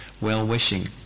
well-wishing